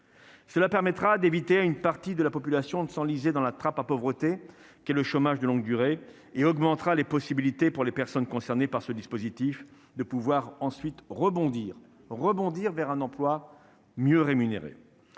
Cela permettra d'éviter à une partie de la population de s'enliser dans la trappe à pauvreté qu'est le chômage de longue durée et augmentera les possibilités pour les personnes concernées par ce dispositif de pouvoir ensuite rebondir, rebondir vers un emploi mieux rémunéré,